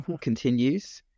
continues